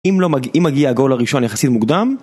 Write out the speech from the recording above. אם מגיע הגול הראשון יחסית מוקדם